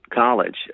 college